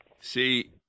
See